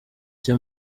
cye